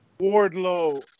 Wardlow